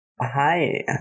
Hi